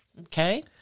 Okay